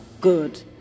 good